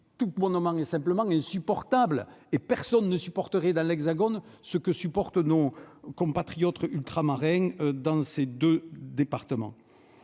situation est tout simplement invivable : personne ne supporterait dans l'Hexagone ce qu'endurent nos compatriotes ultramarins dans ces deux départements.